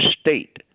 state